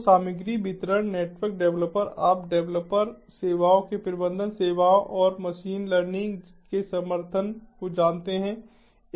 तो सामग्री वितरण नेटवर्क डेवलपर आप डेवलपर सेवाओं के प्रबंधन सेवाओं और मशीन लर्निंग के समर्थन को जानते हैं